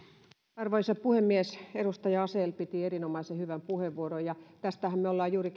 arvoisa puhemies edustaja asell piti erinomaisen hyvän puheenvuoron tästähän me olemme juuri